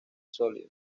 sólido